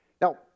Now